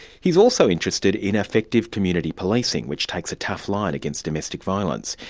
he's also interested in effective community policing, which takes a tough line against domestic violence.